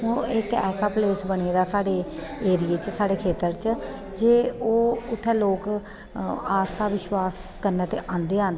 ओह् इक ऐसा प्लेस बनी गेदा साड्डे एरिया च साढ़े क्षेत्र च जे ओह् उत्थें लोक आस्था विश्वास कन्नै ते आंदे गै आंदे ऐ